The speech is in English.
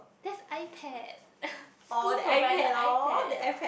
that's iPad school provided iPad